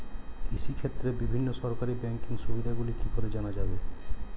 কৃষিক্ষেত্রে বিভিন্ন সরকারি ব্যকিং সুবিধাগুলি কি করে জানা যাবে?